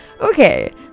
Okay